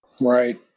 Right